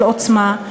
של עוצמה,